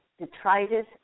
detritus